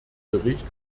bericht